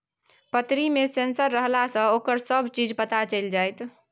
पतरी मे सेंसर रहलासँ ओकर सभ चीज पता चलि जाएत